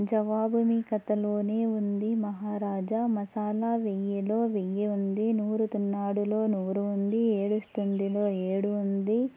జవాబు మీ కథలోనే ఉంది మహారాజా మసాలా వెయ్యిలో వెయ్యి ఉంది నూరుతున్నాడులో నూరు ఉంది ఏడుస్తుందిలో ఏడు ఉంది